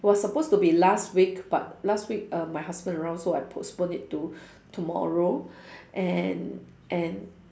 was supposed to be last week but last week uh my husband around so I postpone it to tomorrow and and